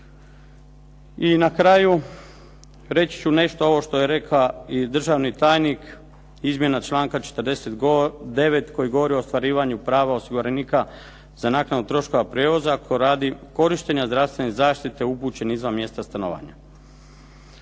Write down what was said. I na kraju, reći ću nešto ovo što je rekao i državni tajnik, izmjena članka 49. koji govori o ostvarivanju prava osiguranika za naknadu troškova prijevoza ako je radi korištenja zdravstvene zaštite upućen izvan mjesta stanovanja.